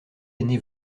aîné